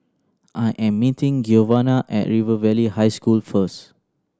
I am meeting Giovanna at River Valley High School first